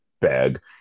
bag